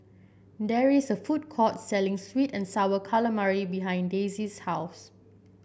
there is a food court selling sweet and sour calamari behind Daisey's house